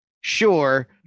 sure